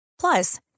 Plus